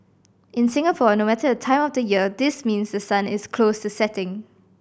in Singapore no matter the time of the year this means the sun is close to setting